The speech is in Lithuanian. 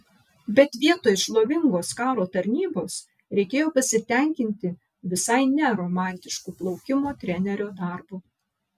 bet vietoj šlovingos karo tarnybos reikėjo pasitenkinti visai ne romantišku plaukimo trenerio darbu